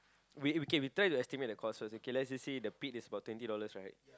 we we K we tell you to estimate the cost first okay let's you say the pit is about twenty dollars right